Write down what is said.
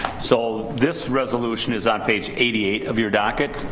so this resolution is on page eighty eight of your docket.